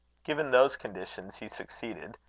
given those conditions, he succeeded.